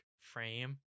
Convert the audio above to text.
frame